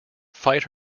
fight